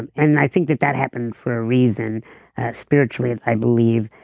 and and i think that that happened for a reason spiritually if i believe,